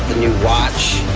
new watch,